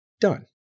done